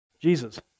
Jesus